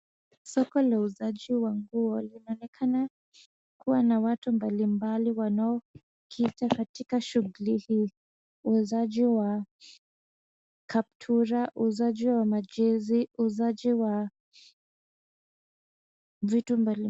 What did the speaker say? Soko la uuzaji wa nguo linaonekana kua na watu mbali mbali wanakita katika shughuli hii. Uuzaji wa kaptura, uuzaji wa jezi, uuzaji wa vitu mbalimbali.